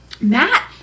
Matt